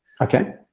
Okay